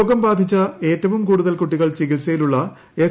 രോഗം ബാധിച്ച ഏറ്റവും കൂടുതൽ കുട്ടികൾ ചികിൽസയിലുള്ള എസ്